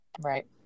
Right